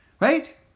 Right